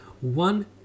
one